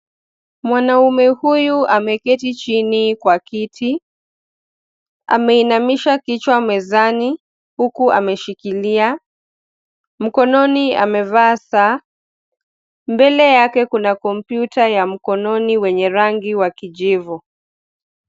Mwanaume huyu ameketi chini kwa kiti ameinamisha kichwa mezani huku ameshikilia. Mkononi amevaa saa, mbele yake kuna komputa ya mkononi wenye rangi wa kijivu.